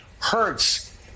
hurts